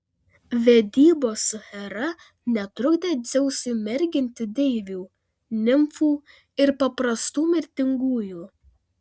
vedybos su hera netrukdė dzeusui merginti deivių nimfų ir paprastų mirtingųjų